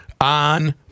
on